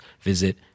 visit